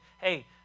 hey